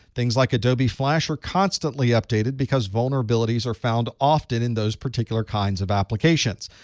things like adobe flash are constantly updated because vulnerabilities are found often in those particular kinds of applications.